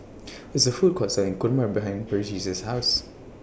There IS A Food Court Selling Kurma behind Burgess' House